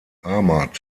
ahmad